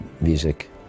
music